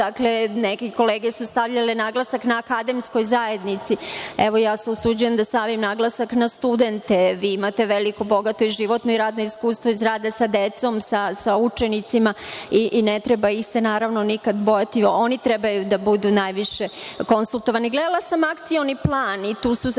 Neke kolege su stavljale naglasak na akademsku zajednicu, ja se usuđujem da stavim naglasak na studente. Vi imate veliko bogato i životno i radno iskustvo iz rada sa decom, sa učenicima i ne treba ih se nikada bojati. Oni trebaju da budu najviše konsultovani. Gledala sam Akcioni plan i tu su navedeni